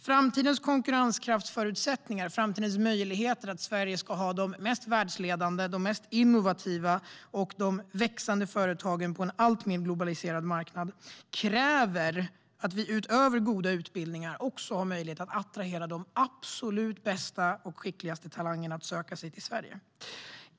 Framtidens konkurrenskraftsförutsättningar och möjligheten för Sverige att ha de mest världsledande, innovativa och växande företagen på en alltmer globaliserad marknad kräver att vi utöver goda utbildningar också har möjlighet att attrahera de bästa och skickligaste talangerna.